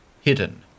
hidden